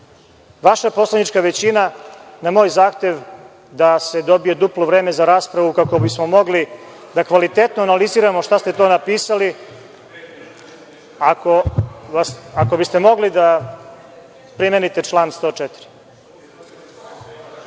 vaša poslanička većina na moj zahtev da se dobije duplo vreme za raspravu kako bismo mogli da kvalitetno analiziramo šta ste to napisali…Molim vas, ako biste mogli da primenite član 104.